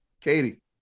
Katie